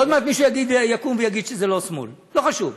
עוד מעט מישהו יקום ויגיד שזה לא שמאל לא חשוב.